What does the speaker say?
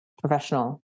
professional